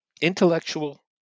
Intellectual